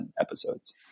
episodes